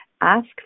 Ask